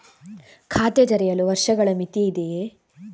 ಖಾತೆ ತೆರೆಯಲು ವರ್ಷಗಳ ಮಿತಿ ಇದೆಯೇ?